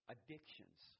Addictions